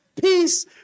Peace